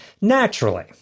naturally